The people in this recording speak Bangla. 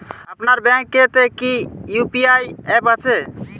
আপনার ব্যাঙ্ক এ তে কি ইউ.পি.আই অ্যাপ আছে?